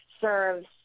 serves